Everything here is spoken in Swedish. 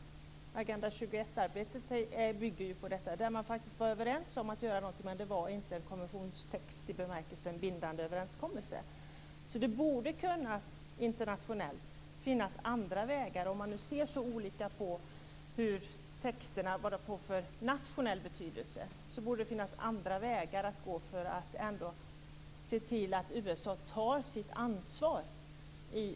Agenda 21-arbetet bygger på detta. Där var man överens om att göra någonting, men det var ingen konventionstext i bemärkelsen av en bindande överenskommelse. Det borde alltså kunna finnas andra vägar att gå internationellt - om man nu ser så olika på vad texterna får för nationellt betydelse - för att se till att USA ändå tar sitt ansvar.